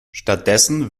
stattdessen